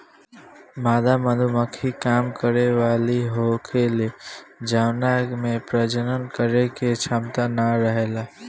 मादा मधुमक्खी काम करे वाली होखेले जवना में प्रजनन करे के क्षमता ना रहेला